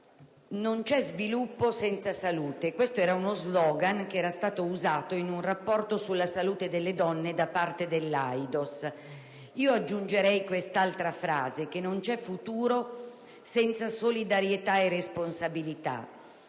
"Non c'è sviluppo senza salute". Questo era uno *slogan* usato in un rapporto sulla salute delle donne da parte dell'AIDOS al quale aggiungerei un'altra frase "Non c'è futuro senza solidarietà e responsabilità".